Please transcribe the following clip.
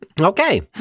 Okay